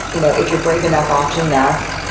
you know if you're brave enough often enough,